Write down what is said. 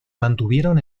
mantuvieron